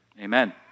amen